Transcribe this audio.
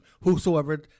whosoever